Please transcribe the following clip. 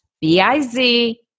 B-I-Z